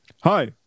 Hi